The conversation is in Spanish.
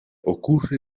ocurre